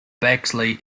bexley